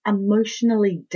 emotionally